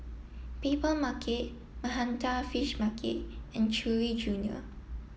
Papermarket Manhattan Fish Market and Chewy junior